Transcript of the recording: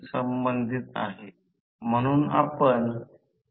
तर स्पष्टीकरणाच्या उद्देशाने या आकृतीमध्ये या चलनात आम्ही एक फिरता चुंबक घेतला आहे